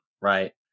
right